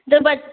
तो बच